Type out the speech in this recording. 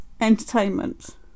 entertainment